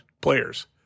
players